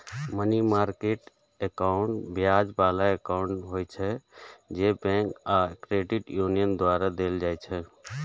money market account ब्याज बला account होइ छै, जे बैंक आ क्रेडिट यूनियन द्वारा देल जाइ छै